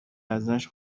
ازش